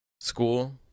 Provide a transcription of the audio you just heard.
school